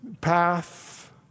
path